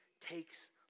takes